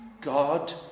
God